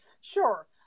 Sure